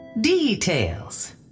Details